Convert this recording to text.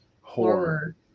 horror